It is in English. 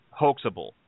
hoaxable